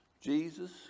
Jesus